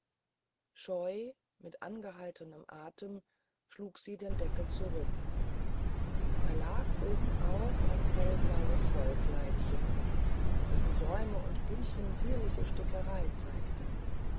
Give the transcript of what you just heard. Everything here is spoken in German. scheu mit angehaltenem atem schlug sie den deckel zurück da lag obenauf ein hellblaues wollkleidchen dessen säume und bündchen zierliche stickerei zeigten